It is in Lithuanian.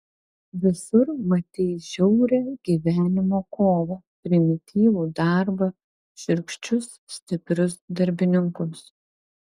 visur matei žiaurią gyvenimo kovą primityvų darbą šiurkščius stiprius darbininkus